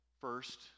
first